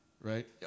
right